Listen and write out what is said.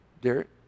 Derek